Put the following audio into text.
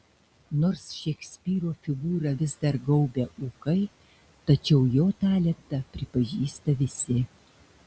nors šekspyro figūrą vis dar gaubia ūkai tačiau jo talentą pripažįsta visi